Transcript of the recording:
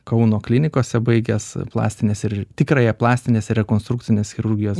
kauno klinikose baigęs plastinės ir tikrąją plastinės rekonstrukcinės chirurgijos